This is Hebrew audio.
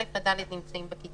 א' עד ד' נמצאים בכיתות.